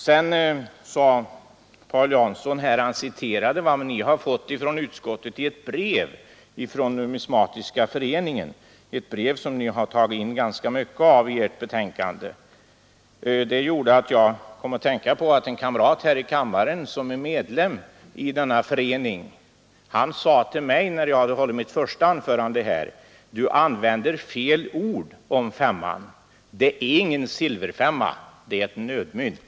Paul Jansson citerade ur ett brev som utskottet fått från Svenska numismatiska föreningen — ett brev som ni har tagit in ganska mycket av i ert betänkande. Det gjorde att jag kom att tänka på att en kamrat här i kammaren, som är medlem i denna förening, sade till mig när jag hade hållit mitt första anförande: Du använde fel ord om femkronan — det är ingen silverfemma, det är ett nödmynt.